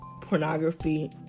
pornography